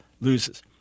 loses